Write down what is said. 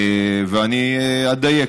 ואני אדייק.